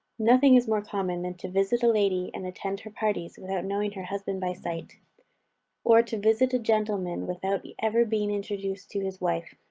nothing is more common than to visit a lady, and attend her parties, without knowing her husband by sight or to visit a gentleman without ever being introduced to his wife.